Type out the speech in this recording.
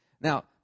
Now